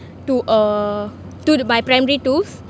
to uh to my primary twos